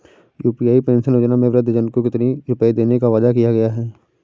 UP pension योजना में वृद्धजन को कितनी रूपये देने का वादा किया गया है?